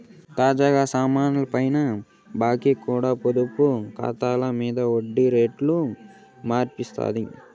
తాజాగా small finance బాంకీ కూడా పొదుపు కాతాల మింద ఒడ్డి రేట్లు మార్సినాది